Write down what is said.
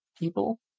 people